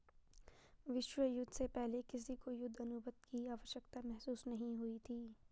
विश्व युद्ध से पहले किसी को युद्ध अनुबंध की आवश्यकता महसूस नहीं हुई थी